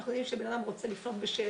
אנחנו יודעים שבן אדם רוצה לפנות בשאלות,